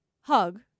hug